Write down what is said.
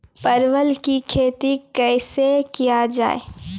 परवल की खेती कैसे किया जाय?